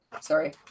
Sorry